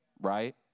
Right